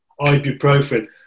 ibuprofen